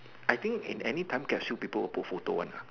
I think in any time capsule people will put photos one lah